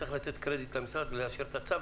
אז צריך לתת קרדיט למשרד ולאשר את הצו,